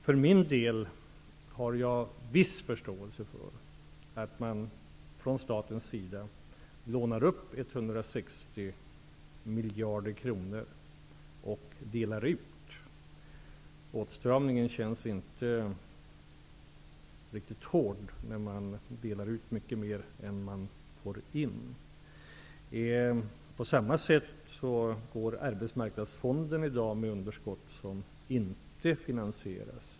För min del har jag viss förståelse för att staten lånar upp 160 miljarder kronor och delar ut dessa. Åtstramningen känns inte riktigt hård när man delar ut mycket mer än man får in. På samma sätt går Arbetsmarknadsfonden i dag med underskott som inte finansieras.